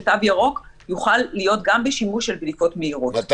שתו ירוק יוכל להיות גם בשימוש של בדיקות מהירות,